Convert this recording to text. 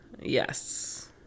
yes